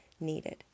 needed